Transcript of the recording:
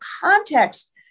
context